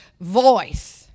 voice